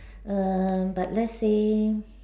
err but let's say